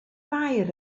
mair